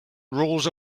rules